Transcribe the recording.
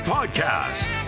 Podcast